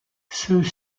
ceux